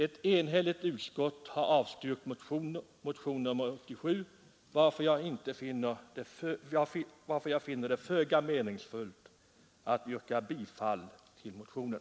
Ett enhälligt utskott har avstyrkt motionen 87, varför jag finner det föga meningsfullt att yrka bifall till motionen.